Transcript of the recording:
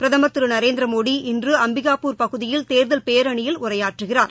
பிரதமர் திருநரேந்திரமோடி இன்றுஅம்பிகாபூர் பகுதியில் தேர்தல் பேரணியில் உரையாற்றுகிறார்